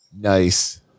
Nice